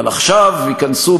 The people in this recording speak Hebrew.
אבל עכשיו ייכנסו,